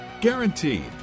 Guaranteed